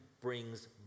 brings